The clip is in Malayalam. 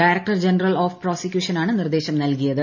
ഡയറക്ടർ ജനറൽ ഓഫ് പ്രോസിക്യൂഷനാണ് നിർദ്ദേശം നൽകിയത്